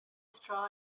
straw